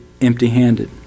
empty-handed